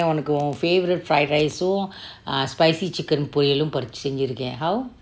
உன்னைக்கே:unnake oo favourite fried rice oo ah spicy chicken பொறியில் செஞ்சுருக்கே:poriyil cencurukke how